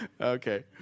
Okay